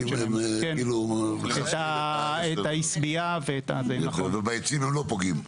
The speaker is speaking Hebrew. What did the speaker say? סון הר מלך (עוצמה יהודית): הצתות מקריות.